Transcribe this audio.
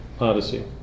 Odyssey